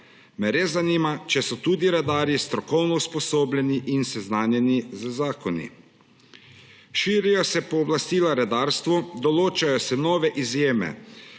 Me res zanima, če so tudi redarji strokovno usposobljeni in seznanjeni z zakoni. Širijo se pooblastila redarstvu, določajo se nove izjeme